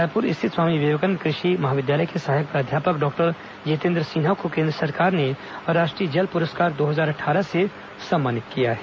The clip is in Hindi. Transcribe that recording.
रायपुर स्थित स्वामी विवेकानंद कृषि महाविद्यालय के सहायक प्राध्यापक डॉक्टर जितेन्द्र सिन्हा को केंद्र सरकार ने राष्ट्रीय जल पुरस्कार दो हजार अट्ठारह से सम्मानित किया है